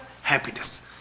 happiness